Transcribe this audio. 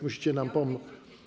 Musicie nam pomóc.